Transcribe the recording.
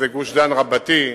שזה גוש-דן רבתי,